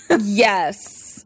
Yes